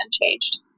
unchanged